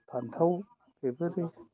फान्थाव बेफोरो